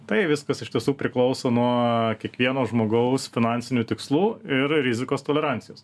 tai viskas iš tiesų priklauso nuo kiekvieno žmogaus finansinių tikslų ir rizikos tolerancijos